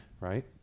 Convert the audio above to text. Right